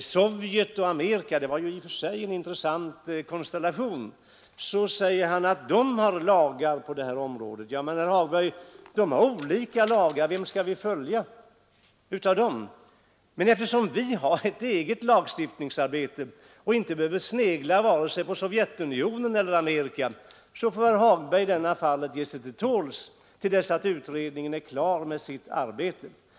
Sovjetunionen och Förenta staterna — det var i och för sig en intressant konstellation — har lagar på det här området. Men, herr Hagberg, de har olika lagar. Vilken skall vi följa av dem? Eftersom vi har ett eget lagstiftningsarbete och inte behöver snegla vare sig på Sovjetunionen eller på Amerika, får herr Hagberg ge sig till tåls till dess att utredningen är klar med sitt arbete.